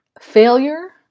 failure